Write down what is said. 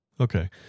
okay